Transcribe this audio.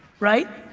right,